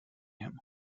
him